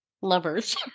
lovers